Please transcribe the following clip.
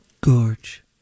Gorge